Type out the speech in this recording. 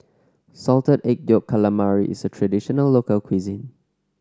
Salted Egg Yolk Calamari is a traditional local cuisine